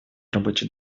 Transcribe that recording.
рабочий